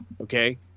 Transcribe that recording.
Okay